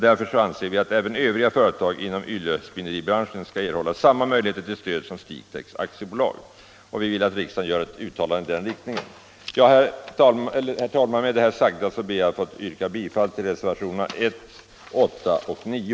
Därför anser vi att även övriga företag inom yllespinneribranschen bör erhålla samma möjligheter till stöd som Stigtex AB, och vi vill att riksdagen gör ett uttalande i den riktningen. Herr talman! Med det sagda ber jag att få yrka bifall till reservationerna 1;§, fock 9.